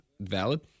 Valid